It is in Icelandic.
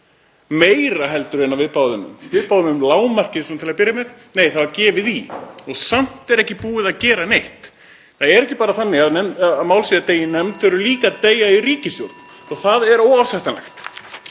meira en við báðum um. Við báðum um lágmarkið svona til að byrja með. Nei, það var gefið í og samt er ekki búið að gera neitt. Það er ekki bara þannig að mál séu að deyja í nefnd, þau eru líka að deyja í ríkisstjórn og það er óásættanlegt.